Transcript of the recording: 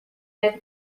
deve